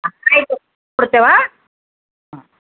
ಆಯಿತು ಹೊಲ್ಕೊಡ್ತೇವೆ ಹಾಂ